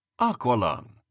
Aqualung